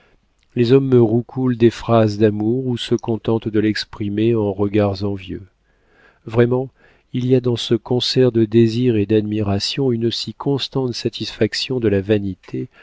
les hommes me roucoulent des phrases d'amour ou se contentent de l'exprimer en regards envieux vraiment il y a dans ce concert de désirs et d'admiration une si constante satisfaction de la vanité